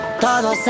Todo